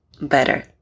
better